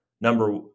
number